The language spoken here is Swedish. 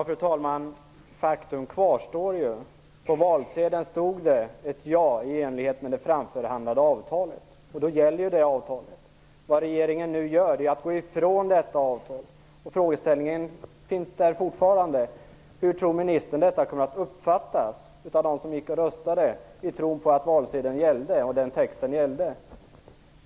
Fru talman! Faktum kvarstår ju att det på valsedeln stod att ett ja gällde i enlighet med det framförhandlade avtalet. Det avtalet gäller. Vad regeringen nu gör är att gå ifrån detta avtal, och frågeställningen finns där fortfarande: Hur tror ministern att detta kommer att uppfattas av dem som gick och röstade i tron att texten på valsedeln gällde?